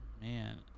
Man